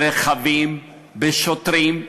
ברכבים, בשוטרים.